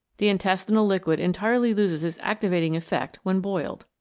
the intestinal liquid entirely loses its activating effect when boiled.